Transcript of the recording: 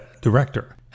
director